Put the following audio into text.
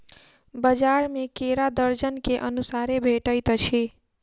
बजार में केरा दर्जन के अनुसारे भेटइत अछि